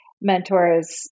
mentors